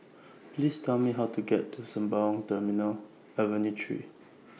Please Tell Me How to get to Sembawang Terminal Avenue three